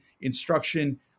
instruction